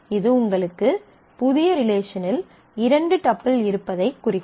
இது உங்களுக்கு புதிய ரிலேஷனில் இரண்டு டப்பிள் இருப்பதைக் குறிக்கும்